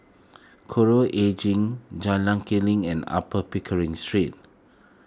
Coral Edging Jalan Kilang and Upper Pickering Street